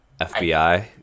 FBI